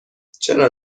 چرا